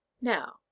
Now